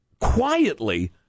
quietly